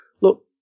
look